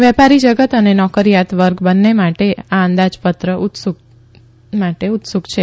વેપારી જગત અને નોકરિયાત વર્ગ બંને આ અંદાજપત્ર માટે ઉત્સુક છે